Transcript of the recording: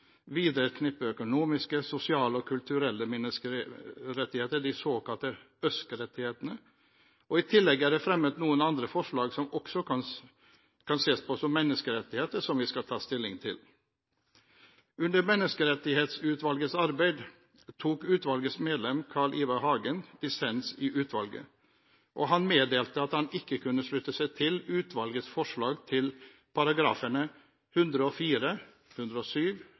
knippe økonomiske, sosiale og kulturelle menneskerettigheter, de såkalte ØSK-rettighetene. I tillegg er det fremmet noen andre forslag som også kan ses på som menneskerettigheter, som vi skal ta stilling til. Under Menneskerettighetsutvalgets arbeid tok utvalgets medlem Carl Ivar Hagen dissens, og han meddelte at han ikke kunne slutte seg til utvalgets forslag til §§ 104, 107,